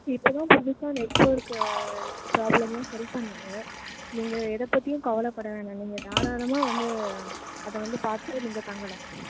இப்போ தான் புதுசாக நெட் ஒர்க்கு ப்ராபளமெலாம் சரி பண்ணிணாங்க நீங்கள் எதைப் பற்றியும் கவலைப்பட வேணாங்க நீங்கள் தாராளமாக வந்து அதை வந்து பார்த்து நீங்கள் தங்கலாம்